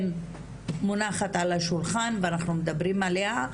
כן מונחת על השולחן ואחנו מדברים עליה,